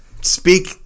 Speak